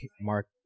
Mark